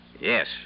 Yes